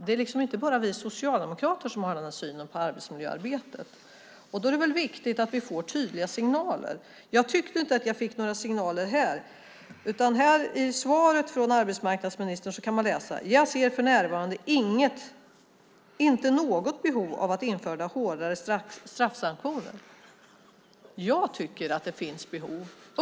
Det är liksom inte bara vi socialdemokrater som har den här synen på arbetsmiljöarbetet, och då är det viktigt att vi får tydliga signaler. Jag tyckte inte att jag fick några signaler här, utan i svaret från arbetsmarknadsministern kan man läsa: "Jag ser för närvarande inte något behov av att införa hårdare straffsanktioner." Jag tycker att det finns behov!